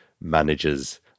managers